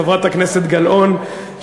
חברת הכנסת גלאון,